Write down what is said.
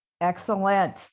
excellent